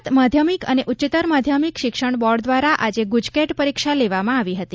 ગુજરાત માધ્યમિક અને ઉચ્ચત્તર માધ્યમિક શિક્ષણ બોર્ડ દ્વારા આજે ગુજકેટ પરીક્ષા લેવામાં આવી હતી